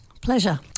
Pleasure